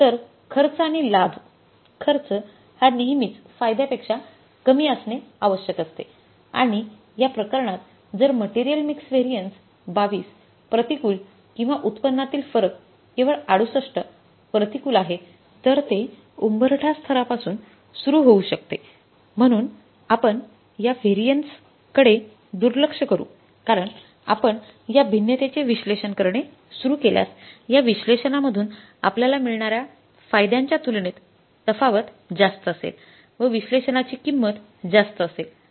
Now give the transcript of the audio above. तर खर्च आणि लाभ खर्च हा नेहमीच फायद्यापेक्षा कमी असणे आवश्यक असते आणि या प्रकरणात जर मटेरियल मिक्स व्हेरिएन्स 22 प्रतिकूल किंवा उत्पन्नातील फरक केवळ 68 प्रतिकूल आहे तर ते उंबरठा स्तरापासून सुरू होऊ शकते म्हणून आपण या व्हॅरियन्ससकडे दुर्लक्ष करू कारण आपण या भिन्नतेचे विश्लेषण करणे सुरू केल्यास या विश्लेषणामधून आपल्याला मिळणारा फायद्यांच्या तुलनेत तफावत जास्त असेल व विश्लेषणाची किंमत जास्त असेल